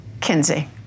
Kinsey